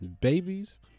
babies